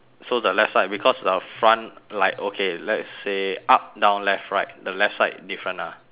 so the left side because the front like okay let's say up down left right the left side different ah